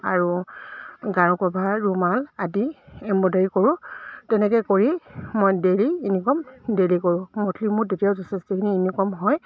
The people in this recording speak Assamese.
আৰু গাৰু কভাৰ ৰুমাল আদি এম্ব্ৰইডাৰী কৰোঁ তেনেকৈ কৰি মই ডেইলী ইনকম ডেইলী কৰোঁ মন্থলী মোৰ তেতিয়াও যথেষ্টখিনি ইনকম হয়